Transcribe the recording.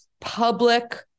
public